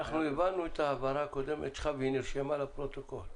הבנו את ההבהרה הקודמת שלך והיא נרשמה בפרוטוקול.